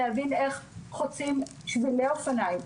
להבין איך חוצים שבילי אופניים,